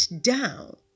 down